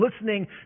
listening